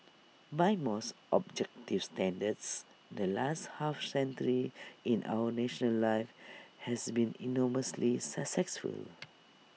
by most objective standards the last half century in our national life has been enormously successful